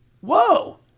whoa